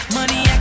money